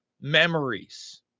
memories